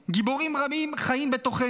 גיבורים רבים חיים בתוכנו,